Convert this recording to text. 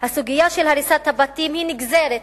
הסוגיה של הריסת הבתים היא נגזרת,